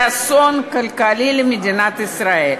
זה אסון כלכלי למדינת ישראל.